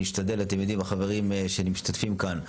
אני אשתדל, אתם יודעים, החברים שמשתתפים כאן,